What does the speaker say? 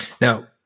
Now